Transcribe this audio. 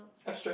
abstract